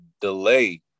delay